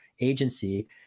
agency